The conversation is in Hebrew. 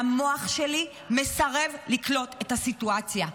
והמוח שלי מסרב לקלוט את הסיטואציה.